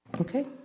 Okay